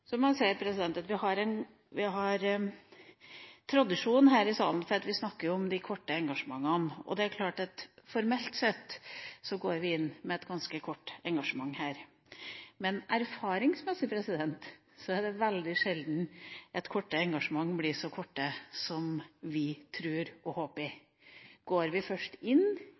Så må jeg si at vi har en tradisjon her i salen for å snakke om de korte engasjementene. Det er klart at formelt sett går vi inn med et ganske kort engasjement her. Men erfaringsmessig er det veldig sjelden at korte engasjement blir så korte som vi tror og håper. Går vi først inn